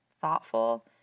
thoughtful